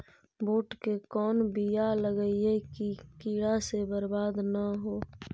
बुंट के कौन बियाह लगइयै कि कीड़ा से बरबाद न हो?